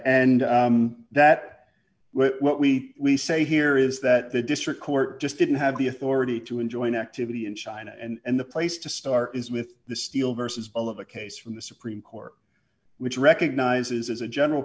and that what we say here is that the district court just didn't have the authority to enjoin activity in china and the place to start is with the steel versus all of the case from the supreme court which recognizes as a general